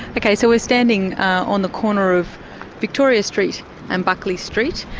ok, so we're standing on the corner of victoria street and buckley street.